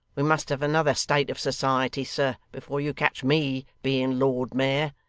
we must have another state of society, sir, before you catch me being lord mayor.